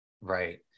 Right